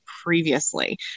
previously